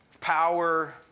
power